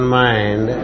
mind